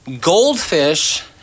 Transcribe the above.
Goldfish